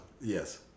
Yes